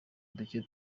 duke